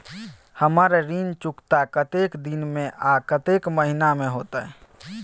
हमर ऋण चुकता कतेक दिन में आ कतेक महीना में होतै?